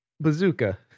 bazooka